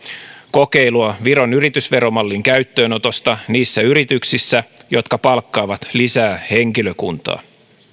kokeilua viron yritysveromallin käyttöönotosta niissä yrityksissä jotka palkkaavat lisää henkilökuntaa